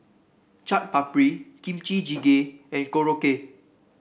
Chaat Papri Kimchi Jjigae and Korokke